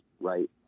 right